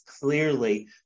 clearly